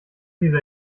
dieser